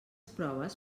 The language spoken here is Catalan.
proves